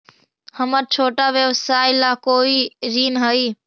हमर छोटा व्यवसाय ला कोई ऋण हई?